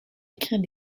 écrire